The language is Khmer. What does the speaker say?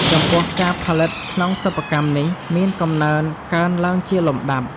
ចំពោះ ការផលិតក្នុងសិប្បកម្មនេះ មានកំណើនកើនឡើងជាលំដាប់។